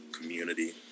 community